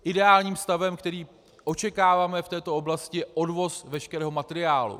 Ideálním stavem, který očekáváme v této oblasti, je odvoz veškerého materiálu.